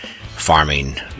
farming